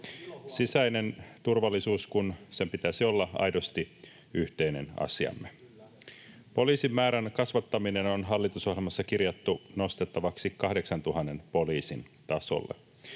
sisäisen turvallisuuden kun pitäisi olla aidosti yhteinen asiamme. [Juho Eerola: Kyllä!] Poliisien määrän kasvattaminen on hallitusohjelmassa kirjattu nostettavaksi 8 000 poliisin tasolle.